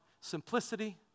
simplicity